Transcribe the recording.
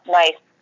nice